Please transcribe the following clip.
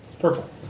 Purple